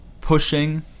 pushing